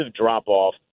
drop-off